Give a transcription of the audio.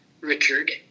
Richard